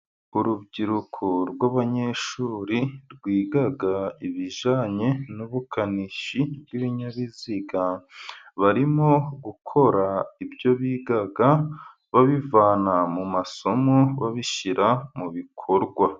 Urubyiruko rw'abanyeshuri rwiga ibijyanye n'ubukanishi bw'ibinyabiziga, barimo gukora ibyo biga babivana mu masomo babishyira mu bikorwa.